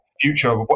future